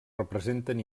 representen